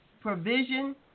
provision